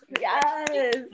Yes